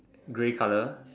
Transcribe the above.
grey color